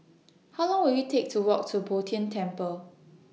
How Long Will IT Take to Walk to Bo Tien Temple